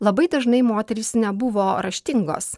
labai dažnai moterys nebuvo raštingos